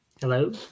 Hello